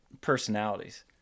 personalities